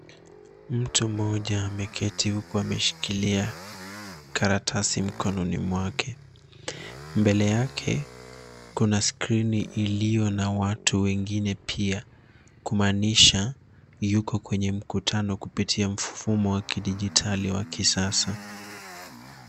Mtu mmoja ameketi huku ameshikilia karatasi mkononi mwake. Mbele yake kuna skrini iliyo na watu wengine pia kumaanisha yupo kwenye mkutano kupitia mfumo wa kidijitali wa kisasa.